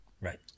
Right